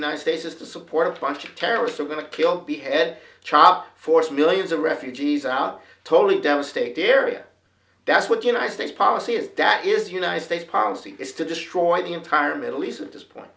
united states is to support a bunch of terrorists are going to kill behead chart force millions of refugees out totally devastated area that's what united states policy is that is united states policy is to destroy the entire middle east at this point